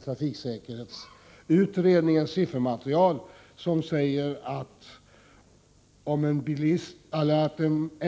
Trafiksäkerhetsutredningens siffermaterial redovisas i det sammanhanget.